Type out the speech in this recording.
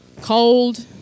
cold